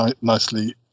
nicely